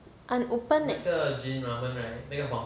unopened